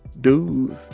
dudes